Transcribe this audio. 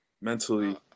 mentally